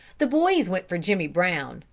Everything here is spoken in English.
the boys went for jimmy brown,